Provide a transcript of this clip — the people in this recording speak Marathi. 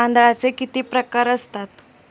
तांदळाचे किती प्रकार असतात?